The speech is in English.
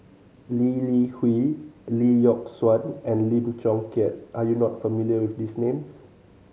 Lee Li Hui Lee Yock Suan and Lim Chong Keat are you not familiar with these names